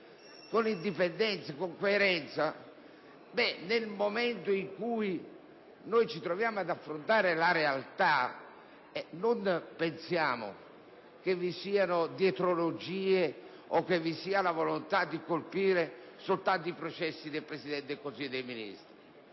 con indipendenza e con coerenza, nel momento in cui ci troviamo ad affrontare la realtà non pensassero all'esistenza di dietrologie o di una volontà di colpire soltanto i processi del Presidente del Consiglio dei ministri.